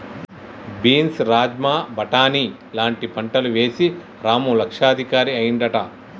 beans rajma బాటని లాంటి పంటలు వేశి రాము లక్షాధికారి అయ్యిండట